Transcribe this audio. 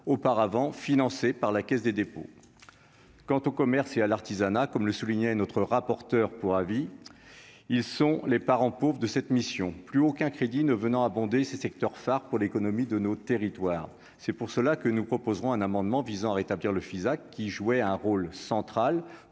auparavant, financé par la Caisse des dépôts, quant au commerce et à l'Artisanat, comme le soulignait notre rapporteur pour avis, ils sont les parents pauvres de cette mission, plus aucun crédit ne venant abonder ces secteurs phares pour l'économie de nos territoires, c'est pour cela que nous proposerons un amendement visant à rétablir le Fisac qui jouait un rôle central